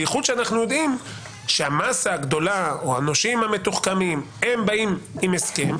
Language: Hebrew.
בייחוד כשאנחנו יודעים שהמסה הגדולה או הנושים המתוחכמים באים עם הסכם,